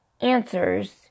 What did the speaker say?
answers